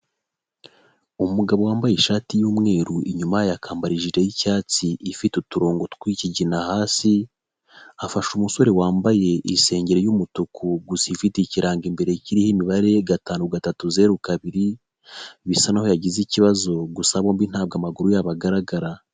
Umugabo wambaye ishati y'umweru inyuma yayo akambara ijiri y'icyatsi ifite uturongo tw'ikigina hasi, afasha umusore wambaye isengeri y'umutuku gusa ifite ikirango imbere kiriho imibare gatanu, gatatu, zeru, kabiri, bisa naho yagize ikibazo, gusa bombi ntabwo amaguru yabo agaragara.